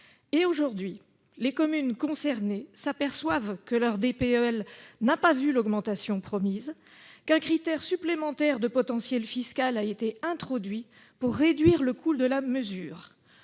» Aujourd'hui, les communes concernées s'aperçoivent que leur DPEL n'a pas été augmentée comme cela leur avait été promis et qu'un critère supplémentaire de potentiel fiscal a été introduit pour réduire le coût de la mesure.